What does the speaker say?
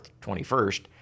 21st